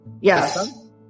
Yes